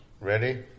ready